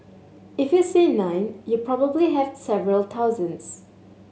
if you see nine you probably have several thousands